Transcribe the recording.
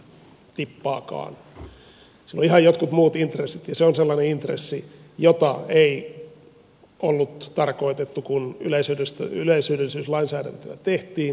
siellä on ihan jotkut muut intressit ja ne ovat sellaisia intressejä joita ei ollut tarkoitettu kun yleishyödyllisyyslainsäädäntöä tehtiin